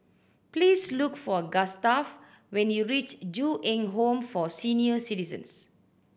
please look for Gustaf when you reach Ju Eng Home for Senior Citizens